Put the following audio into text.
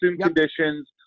conditions